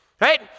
right